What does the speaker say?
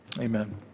amen